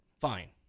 Fine